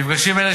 במפגשים אלה,